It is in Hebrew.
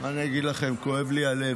מה אני אגיד לכם, כואב לי הלב.